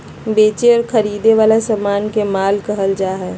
बेचे और खरीदे वला समान के माल कहल जा हइ